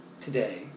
today